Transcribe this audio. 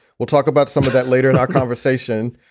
we'll talk about some of that later in our conversation.